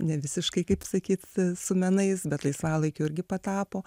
ne visiškai kaip sakyt su menais bet laisvalaikiu irgi patapo